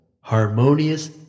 harmonious